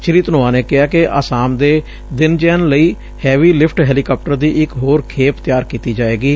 ਸ੍ਰੀ ਧਨੋਆ ਨੇ ਕਿਹਾ ਕਿ ਆਸਾਮ ਦੇ ਦਿਨਜੈਨ ਲਈ ਹੈਵੀ ਲਿਫਟ ਹੈਲੀਕਾਪਟਰ ਦੀ ਇਕ ਹੋਰ ਖੇਪ ਤਿਆਰ ਕੀਡੀ ਜਾਵੇਗੀ